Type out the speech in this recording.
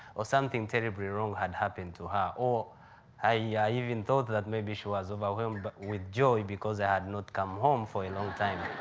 or something terribly wrong had happened to her. or i yeah even thought that maybe she was overwhelmed but with joy because i had not come home for a long time.